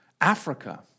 Africa